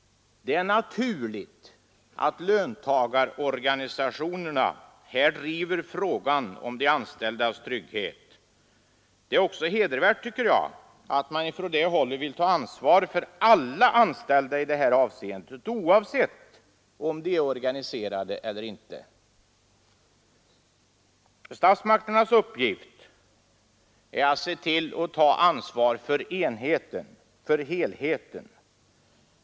Det är naturligt att löntagarorganisationerna här driver frågan om de anställdas trygghet. Det är också hedervärt, tycker jag, att man från det hållet vill ta ansvar för alla anställda i det här avseendet, oavsett om de är organiserade eller inte. Statsmakternas uppgift är att ge och ta ansvar för helheten.